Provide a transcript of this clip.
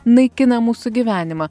naikina mūsų gyvenimą